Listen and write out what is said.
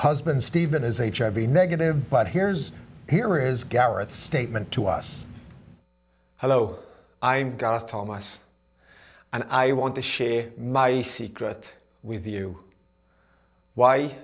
husband stephen is a chubby negative but here's here is garrett statement to us hello i'm thomas and i want to share my secret with you why